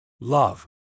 love